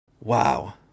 wow